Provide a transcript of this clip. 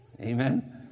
amen